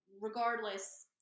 regardless